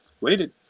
waited